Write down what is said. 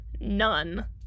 none